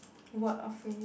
word or phrase